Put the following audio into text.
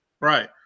right